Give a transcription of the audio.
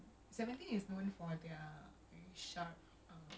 ya so I was just like um